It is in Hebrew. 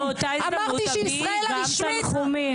ביקשתי שבאותה הזדמנות תביעי גם תנחומים --- אמרתי